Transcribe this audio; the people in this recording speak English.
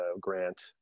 grant